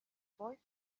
boy